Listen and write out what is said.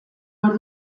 behar